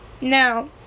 Now